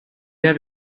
have